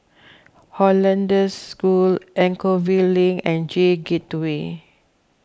Hollandse School Anchorvale Link and J Gateway